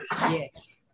Yes